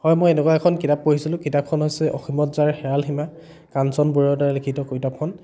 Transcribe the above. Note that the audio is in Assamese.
হয় মই এনেকুৱা এখন কিতাপ পঢ়িছিলোঁ কিতাপখন হৈছে অসীমত যাৰ হেৰাল সীমা কাঞ্চন বৰুৱাৰ দ্ৱাৰা লিখিত কিতাপখন